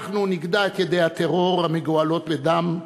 אנחנו נגדע את ידי הטרור המגואלות בדם,